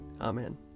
Amen